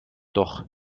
doch